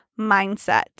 mindset